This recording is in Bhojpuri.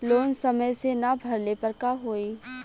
लोन समय से ना भरले पर का होयी?